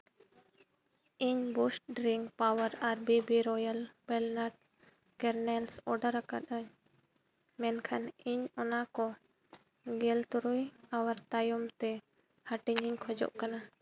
ᱤᱧ boost drink powder ᱟᱨ BB royal ᱯᱮᱨᱞᱟᱠ ᱯᱮᱨᱞᱮᱱᱥ ᱚᱰᱟᱨ ᱟᱠᱟᱫᱼᱟᱹᱧ ᱢᱮᱱᱠᱷᱟᱱ ᱤᱧ ᱚᱱᱟ ᱠᱚ ᱜᱮᱞ ᱛᱩᱨᱩᱭ ᱟᱣᱟᱨᱥ ᱛᱟᱭᱚᱢᱼᱛᱮ ᱦᱟᱹᱴᱤᱧᱤᱧ ᱠᱷᱚᱡᱚᱜ ᱠᱟᱱᱟ